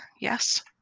Yes